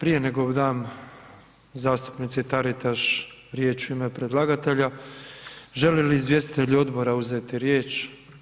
Prije nego dam zastupnici Taritaš riječ u ime predlagatelja, žele li izvjestitelji odbora uzeti riječ?